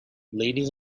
ladies